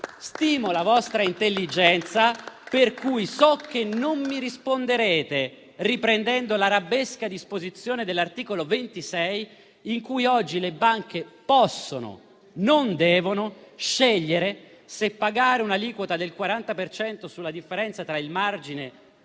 Stimo la vostra intelligenza, per cui so che non mi risponderete riprendendo l'arabesca disposizione dell'articolo 26, in cui oggi le banche "possono" (non devono) scegliere se pagare un'aliquota del 40 per cento sulla differenza tra il margine